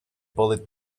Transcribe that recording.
bullet